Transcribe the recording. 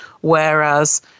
Whereas